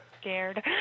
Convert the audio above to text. scared